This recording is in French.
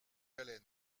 haleine